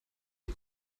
die